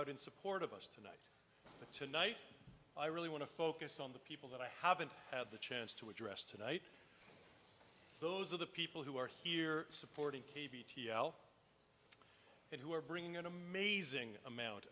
out in support of us tonight but tonight i really want to focus on the people that i haven't had the chance to address tonight those are the people who are here supporting cave e t l and who are bringing an amazing amount